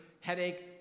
headache